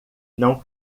não